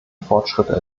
fortschritte